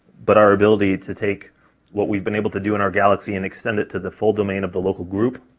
but our ability to take what we've been able to do in our galaxy and extend it to the full domain of the local group.